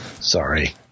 Sorry